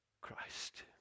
Christ